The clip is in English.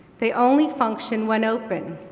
they only function when open.